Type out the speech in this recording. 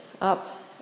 up